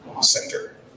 Center